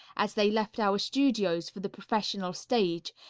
as they left our studios for the professional stage,